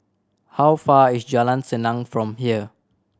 how far is Jalan Senang from here